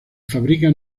fabrican